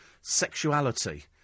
sexuality